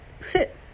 sit